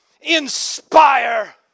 inspire